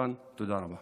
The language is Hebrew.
תודה.)